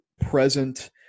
present